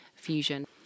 fusion